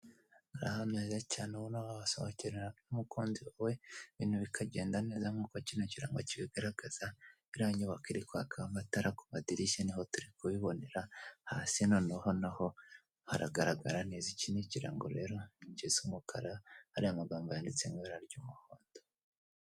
Araha cyanebonasohokera n'umukunzi we ibintu bikagenda neza nkuko a kino kirango kibigaragaza biriya nyubako iri kwaka amatara ku madirishya niho turi kubibonera hasi noneho naho haragaragara neza ikigira ngo reroge umukara ariya magambo yanditse'ira ry'umuhondo.